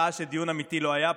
ראה שדיון אמיתי לא היה פה.